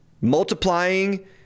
multiplying